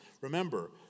Remember